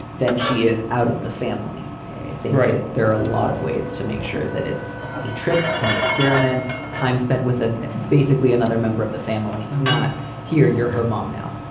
then she is out of the family thing. right. there are a lot of ways to make sure that it's a trip, an experiment. time spent with an basically another member of the family. not here. you're her mom now.